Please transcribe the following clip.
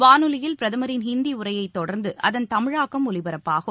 வானொலியில் பிரதமரின் ஹிந்தி உரையைத் தொடர்ந்து அதன் தமிழாக்கம் ஒலிபரப்பாகும்